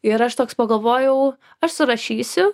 ir aš toks pagalvojau aš surašysiu